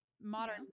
modern